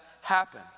happen